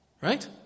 Right